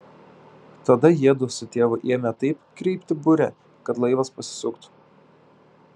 tada jiedu su tėvu ėmė taip kreipti burę kad laivas pasisuktų